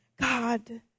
God